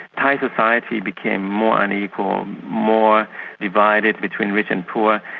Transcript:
thai society became more unequal, more divided between rich and poor,